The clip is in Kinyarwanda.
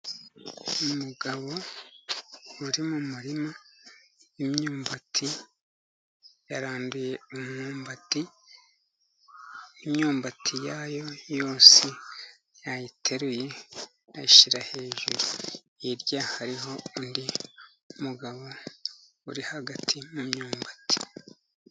Umugabo uri mu muririma w'imyumbati, yaranduye umwumbati, imyumbati ya yo yose yayiteruye ayishyira hejuru. Hirya hariho undi mugabo uri hagati mu myumbati.